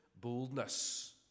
boldness